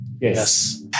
Yes